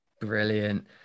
Brilliant